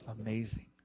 amazing